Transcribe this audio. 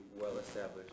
well-established